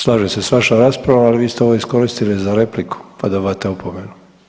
Slažem se s vašom raspravom, ali vi ste ovo iskoristili za repliku pa dobivate opomenu.